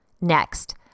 Next